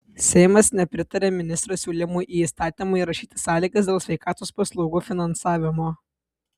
seimas nepritarė ministro siūlymui į įstatymą įrašyti sąlygas dėl sveikatos paslaugų finansavimo